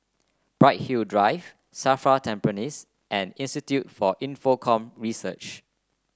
Bright Hill Drive Safra Tampines and Institute for Infocomm Research